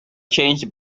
changed